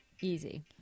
Easy